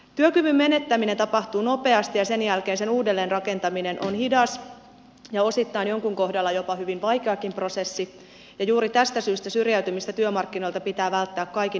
työkyvyn menettäminen tapahtuu nopeasti ja sen jälkeen sen uudelleenrakentaminen on hidas ja osittain jonkun kohdalla jopa hyvin vaikeakin prosessi ja juuri tästä syystä syrjäytymistä työmarkkinoilta pitää välttää kaikin mahdollisin keinoin